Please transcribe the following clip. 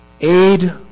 Aid